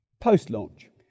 post-launch